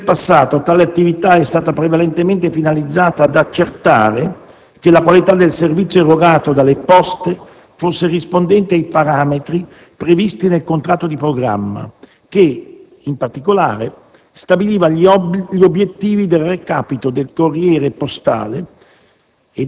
Nel passato tale attività è stata prevalentemente finalizzata ad accertare che la qualità del servizio erogato dalle Poste fosse rispondente ai parametri previsti nel contratto di programma che, in particolare, stabiliva gli obiettivi del recapito del corriere postale